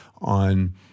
on